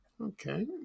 Okay